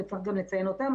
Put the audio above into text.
וצריך גם לציין אותם.